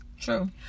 True